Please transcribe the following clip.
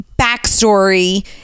backstory